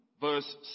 verse